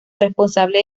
responsable